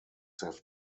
have